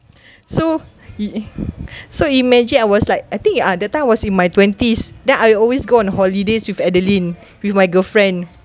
so he so imagine I was like I think ah that time was in my twenties then I always go on holidays with adeline with my girlfriend